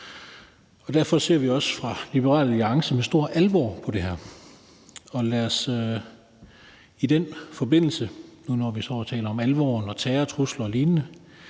Derfor ser vi også fra Liberal Alliances side med stor alvor på det her. Lad os i den forbindelse, når nu vi står og taler om alvoren og om terrortrusler og lignende,